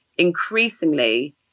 increasingly